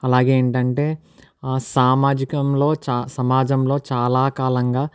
అలాగే ఏమిటంటే సామాజికంలో సమాజంలో చాలా కాలంగా